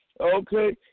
Okay